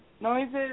noises